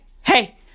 hey